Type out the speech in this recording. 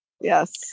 Yes